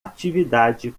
atividade